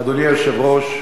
אדוני היושב-ראש,